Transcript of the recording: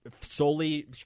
solely